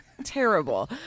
terrible